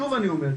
שוב אני אומר,